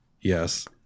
yes